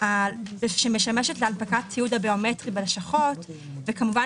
שמשמשת להנפקת ציוד ביומטרי בלשכות וכמובן